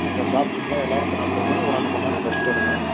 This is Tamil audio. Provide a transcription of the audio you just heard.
அங்கே சாப்பிட்டுக்கலாம் எல்லாரும் சாப்பிடுங்க ஒரு அரைமண்நேரம் ரெஸ்ட் எடுங்கள்